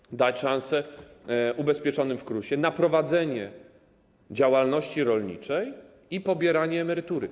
Trzeba dać szansę ubezpieczonym w KRUS-ie na prowadzenie działalności rolniczej i pobieranie emerytury.